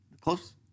Close